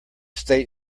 state